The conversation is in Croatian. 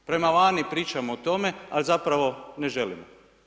Prema vani pričamo o tome, a zapravo ne želimo.